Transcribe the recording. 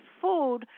food